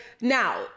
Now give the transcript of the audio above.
Now